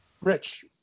Rich